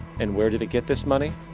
and where did it get this money?